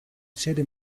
sede